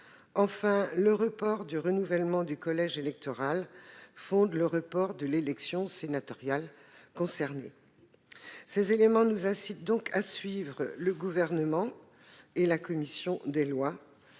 Enfin, le report du renouvellement du collège électoral fonde le report de l'élection sénatoriale concernée. Ces éléments nous incitent à suivre le Gouvernement et la commission des lois.